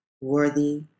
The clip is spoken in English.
worthy